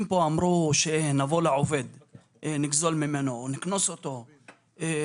אומרים שצריך לגזול או לקנוס את העובד,